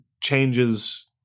changes